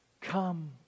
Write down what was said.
Come